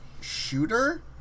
shooter